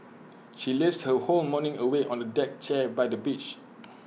she lazed her whole morning away on A deck chair by the beach